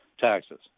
taxes